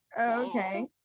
Okay